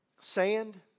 sand